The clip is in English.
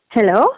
Hello